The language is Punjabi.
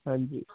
ਹਾਂਜੀ